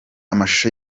amashusho